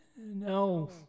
No